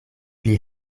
pli